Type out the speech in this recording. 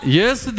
yes